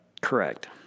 Correct